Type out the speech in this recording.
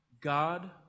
God